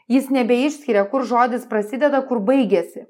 jis nebeišskiria kur žodis prasideda kur baigiasi